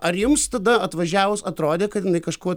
ar jums tada atvažiavus atrodė kad jinai kažkuo